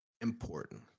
important